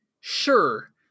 sure